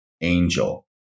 angel